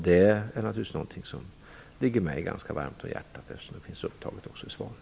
Det är naturligtvis något som ligger mig ganska varmt om hjärtat, eftersom det finns upptaget även i svaret.